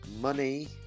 money